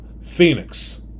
Phoenix